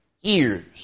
years